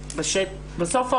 בסוף,